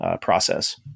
process